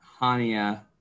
Hania